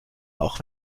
auch